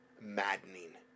maddening